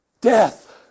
death